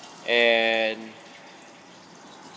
and